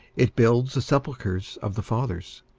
it builds the sepulchres of the fathers.